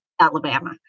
Alabama